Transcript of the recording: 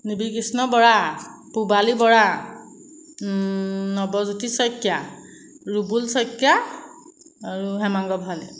নিবিড় কৃষ্ণ বৰা পূবালী বৰা নৱজ্যোতি শইকীয়া ৰুবুল শইকীয়া আৰু হেমাংগ ভঁৰালী